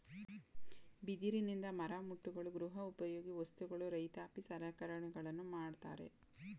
ಬಿದಿರಿನಿಂದ ಮರಮುಟ್ಟುಗಳು, ಗೃಹ ಉಪಯೋಗಿ ವಸ್ತುಗಳು, ರೈತಾಪಿ ಸಲಕರಣೆಗಳನ್ನು ಮಾಡತ್ತರೆ